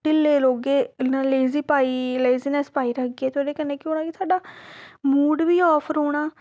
ढिल्ले रौह्गे इ'यां लेजी पाई लेजीनस पाई रखगे ते ओह्दे कन्नै केह् होना कि साढ़ा मूड बी आफ रौह्ना